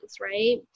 right